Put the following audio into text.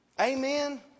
Amen